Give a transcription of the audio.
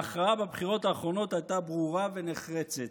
ההכרעה בבחירות האחרונות הייתה ברורה ונחרצת,